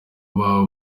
babo